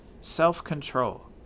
self-control